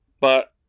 but-